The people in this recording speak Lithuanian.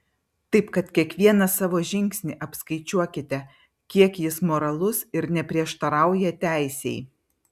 taip kad kiekvieną savo žingsnį apskaičiuokite kiek jis moralus ir neprieštarauja teisei